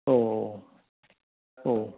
औ औ